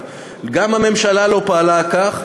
וגם הממשלה לא פעלה כך,